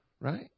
Right